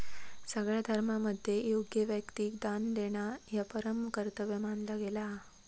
सगळ्या धर्मांमध्ये योग्य व्यक्तिक दान देणा ह्या परम कर्तव्य मानला गेला हा